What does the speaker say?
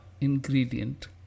ingredient